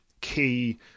key